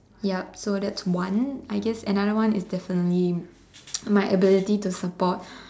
yup so that's one I guess another one is definitely my ability to support